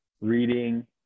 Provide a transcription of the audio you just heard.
reading